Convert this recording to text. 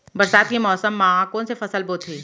बरसात के मौसम मा कोन से फसल बोथे?